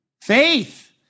Faith